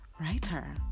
writer